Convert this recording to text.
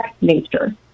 nature